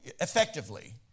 effectively